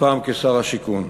הפעם כשר השיכון.